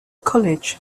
college